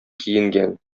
киенгән